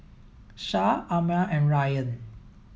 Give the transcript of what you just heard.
Shah Ammir and Ryan